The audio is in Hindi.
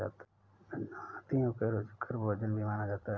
गन्ना हाथियों का रुचिकर भोजन भी माना जाता है